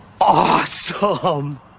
awesome